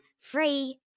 Free